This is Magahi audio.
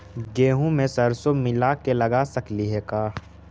गेहूं मे सरसों मिला के लगा सकली हे का?